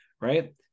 right